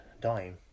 dying